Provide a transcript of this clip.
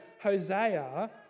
Hosea